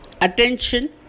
attention